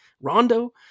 rondo